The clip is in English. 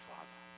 Father